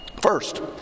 First